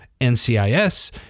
NCIS